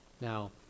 Now